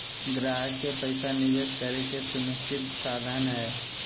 ग्राहक के पैसा निवेश करे के सुनिश्चित साधन हइ